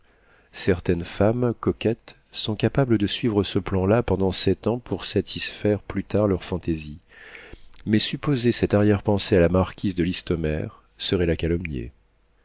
certaines femmes coquettes sont capables de suivre ce plan là pendant sept ans pour satisfaire plus tard leurs fantaisies mais supposer cette arrière-pensée à la marquise de listomère serait la calomnier